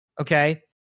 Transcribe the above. Okay